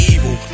Evil